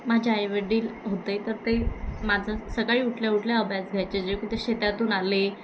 माझे आईवडील होते तर ते माझं सकाळी उठल्या उठल्या अभ्यास घ्यायचे जे की ते शेतातून आले